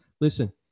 Listen